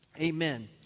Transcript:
Amen